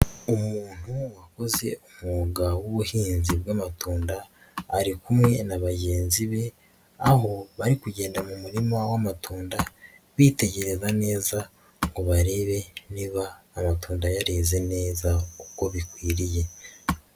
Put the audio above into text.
Umuntu wakoze umwuga w'ubuhinzi bw'amatunda, ari kumwe na bagenzi be ,aho bari kugenda mu murima w'amatunda, bitegereza neza ngo barebe niba amatunda yareze neza uko bikwiriye.